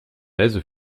aise